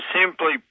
simply